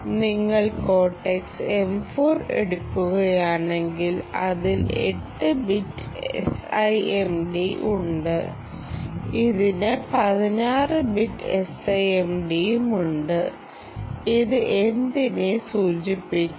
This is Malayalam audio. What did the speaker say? നിങ്ങൾ കോർടെക്സ് M4 എടുക്കുകയാണെങ്കിൽ അതിന് 8 ബിറ്റ് SIMD ഉണ്ട് ഇതിന് 16 ബിറ്റ് SIMD യുമുണ്ട് ഇത് എന്തിനെ സൂചിപ്പിക്കുന്നു